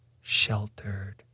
sheltered